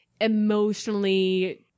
emotionally